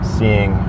seeing